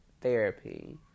therapy